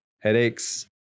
headaches